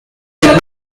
did